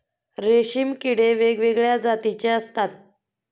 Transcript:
रेशीम किडे वेगवेगळ्या जातीचे असतात